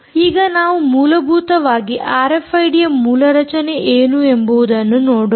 ಈಗ ನಾವು ಮೂಲಭೂತವಾಗಿ ಆರ್ಎಫ್ಐಡಿ ಯ ಮೂಲರಚನೆ ಏನು ಎಂಬುವುದನ್ನು ನೋಡೋಣ